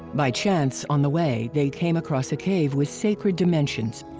by chance on the way they came across a cave with sacred dimensions.